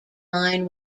line